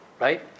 right